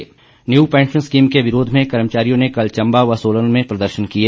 pension new pension scheme के विरोध में कर्मचारियों ने कल चम्बा व सोलन में प्रदर्शन किए